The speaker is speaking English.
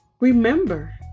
Remember